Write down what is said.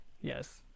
Yes